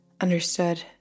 Understood